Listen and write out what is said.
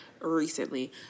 recently